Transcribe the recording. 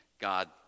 God